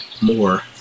more